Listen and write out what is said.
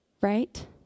right